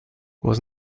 was